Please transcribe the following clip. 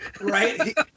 Right